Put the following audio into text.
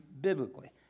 biblically